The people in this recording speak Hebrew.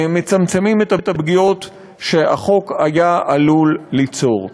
מצמצמים את הפגיעות שהחוק היה עלול ליצור.